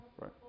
Right